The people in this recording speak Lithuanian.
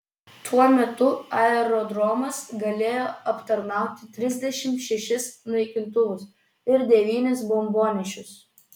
tuo metu aerodromas galėjo aptarnauti trisdešimt šešis naikintuvus ir devynis bombonešius